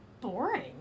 boring